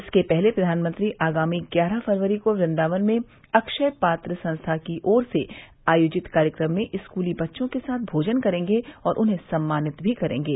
इसके पहले प्रधानमंत्री आगामी ग्यारह फरवरी को वृंदावन में अक्षयपात्र संस्था की ओर से आयोजित कार्यक्रम में स्कूली बच्चों के साथ भोजन करेंगे और उन्हें सम्मानित भी करेंगे